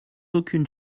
aucune